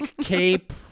cape